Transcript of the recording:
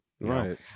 Right